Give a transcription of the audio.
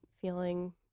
feeling